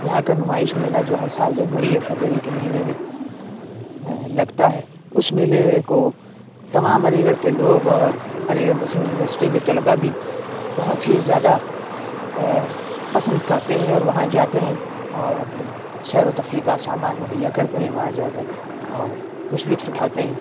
یہاں کا نمائش میلہ جو ہر سال جنوری یا فروری کے مہینے میں لگتا ہے اس میلے کو تمام علی گڑھ کے لوگ اور علی گڑھ مسلم یونیورسٹی کے طلبا بھی بہت ہی زیادہ پسند کرتے ہیں اور وہاں جاتے ہیں اور اپنی سیر و تفریح کا سامان مہیا کرتے ہیں وہاں جا کر اور کچھ لطف اٹھاتے ہیں